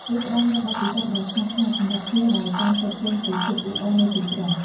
វាផ្តល់នូវបទពិសោធន៍ដ៏ស្ងប់ស្ងាត់សម្រាប់ភ្ញៀវដែលចង់គេចចេញពីភាពអ៊ូអរនៃទីក្រុង។